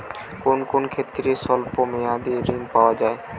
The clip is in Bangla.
কোন কোন ক্ষেত্রে স্বল্প মেয়াদি ঋণ পাওয়া যায়?